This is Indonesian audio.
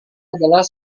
adalah